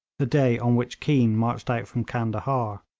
the day on which keane marched out from candahar.